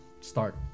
start